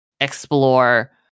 explore